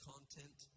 Content